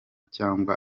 cyangwa